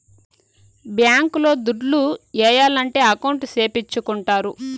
bank లో దుడ్లు ఏయాలంటే అకౌంట్ సేపిచ్చుకుంటారు